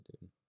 dude